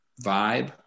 vibe